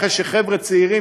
אחרי שחבר'ה צעירים,